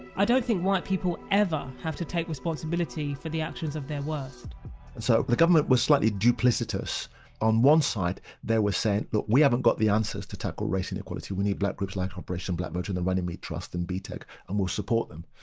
i don't think white people ever have to take responsibility for the actions of their worst so the government was slightly duplicitous on one side they were saying look we haven't got the answers to tackle race inequality we need black groups like operation black vote and the runnymede trust and btec and we'll support them.